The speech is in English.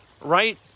right